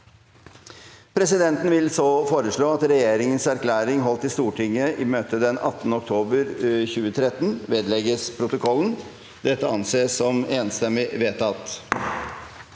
Presidenten vil så foreslå at Regjerin- gens erklæring holdt i Stortingets møte 18. oktober 2013 vedlegges protokollen. – Det anses vedtatt.